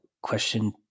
question